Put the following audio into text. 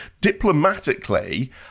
diplomatically